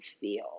feel